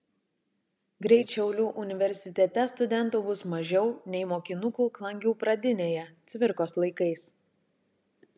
greit šiaulių universitete studentų bus mažiau nei mokinukų klangių pradinėje cvirkos laikais